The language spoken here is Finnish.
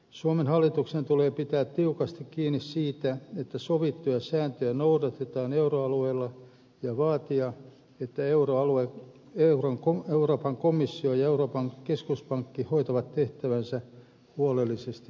suomen hallituksen tulee pitää tiukasti kiinni siitä että sovittuja sääntöjä noudatetaan euroalueella ja vaatia että euroopan komissio ja euroopan keskuspankki hoitavat tehtävänsä huolellisesti ja päättäväisesti